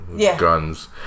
guns